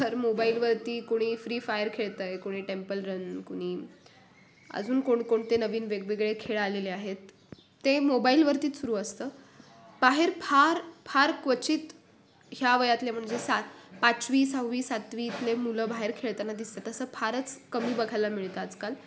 तर मोबाईलवरती कोणी फ्री फायर खेळत आहे कोणी टेम्पल रन कोणी अजून कोणकोणते नवीन वेगवेगळे खेळ आलेले आहेत ते मोबाईलवरती सुरू असतं बाहेर फार फार क्वचित ह्या वयातले म्हणजे सात पाचवी सहावी सातवी मुलं बाहेर खेळताना दिसतं तसं फारच कमी बघायला मिळतं आजकाल